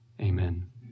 amen